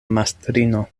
mastrino